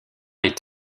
est